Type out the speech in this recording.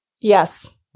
Yes